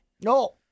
No